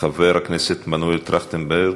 חבר הכנסת מנואל טרכטנברג,